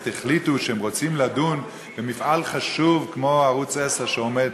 החליטו שהם רוצים לדון במפעל חשוב כמו ערוץ 10 שעומד